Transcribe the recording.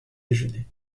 déjeuner